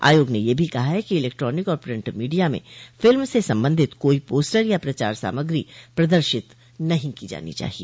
आयोग ने यह भी कहा है कि इलेक्ट्रानिक और प्रिंट मीडिया में फिल्म से संबंधित कोई पोस्टर या प्रचार सामग्री प्रदर्शित नहीं की जानी चाहिए